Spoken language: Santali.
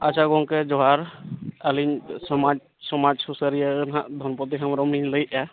ᱟᱪᱪᱷᱟ ᱜᱚᱢᱠᱮ ᱡᱚᱦᱟᱨ ᱟᱹᱞᱤᱧ ᱥᱚᱢᱟᱡᱽ ᱥᱚᱢᱟᱡᱽ ᱥᱩᱥᱟᱹᱨᱤᱭᱟᱹ ᱨᱮᱱᱦᱟᱜ ᱫᱷᱚᱱᱯᱚᱛᱤ ᱦᱮᱢᱵᱨᱚᱢᱞᱤᱧ ᱞᱟᱹᱭᱮᱫᱼᱟ